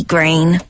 Green